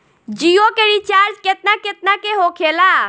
जियो के रिचार्ज केतना केतना के होखे ला?